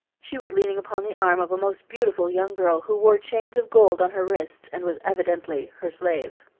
she was leaning upon the arm of a most beautiful young girl, who wore chains of gold on her wrists and was evidently her slave.